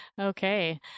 Okay